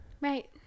right